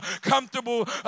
comfortable